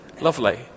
Lovely